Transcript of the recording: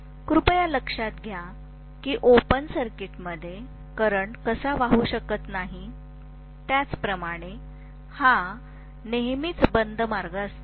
कृपया लक्षात घ्या की ओपन सर्किटमध्ये करंट कसा वाहू शकत नाही त्याप्रमाणे हा नेहमीच बंद मार्ग असतो